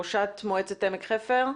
ראשת מועצת עמק חפר,